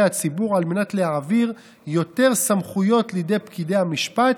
הציבור על מנת להעביר יותר סמכויות לידי פקידי המשפט,